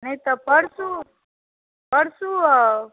नहि तऽ परसू परसू आउ